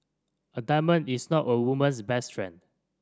a diamond is not a woman's best friend